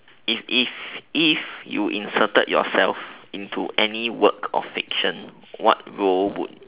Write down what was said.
if if if you inserted yourself into any work of fiction what role would you